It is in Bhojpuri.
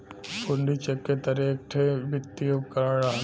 हुण्डी चेक के तरे एक ठे वित्तीय उपकरण रहल